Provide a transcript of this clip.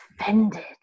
offended